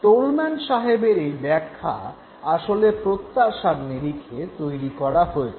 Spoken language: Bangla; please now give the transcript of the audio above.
টোলম্যান সাহেবের এই ব্যাখ্যা আসলে প্রত্যাশার নিরিখে তৈরি করা হয়েছে